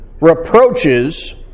Reproaches